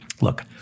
Look